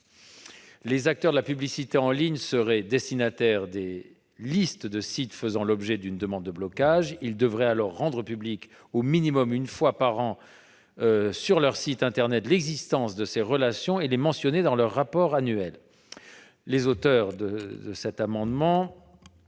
Les acteurs de la publicité en ligne seraient destinataires des listes de sites faisant l'objet d'une demande de blocage et devraient alors rendre publique, au moins une fois par an, sur leur site internet, l'existence de ces relations et en faire mention dans leur rapport annuel. Les auteurs de cet amendement